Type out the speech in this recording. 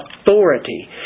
authority